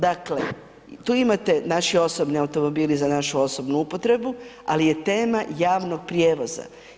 Dakle, tu imate naši osobni automobili za našu osobnu upotrebu, ali je tema javnog prijevoza.